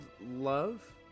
love